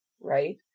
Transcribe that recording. right